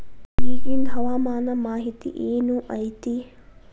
ಇಗಿಂದ್ ಹವಾಮಾನ ಮಾಹಿತಿ ಏನು ಐತಿ?